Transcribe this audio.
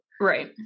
Right